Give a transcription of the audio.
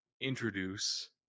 introduce